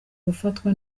gufatwa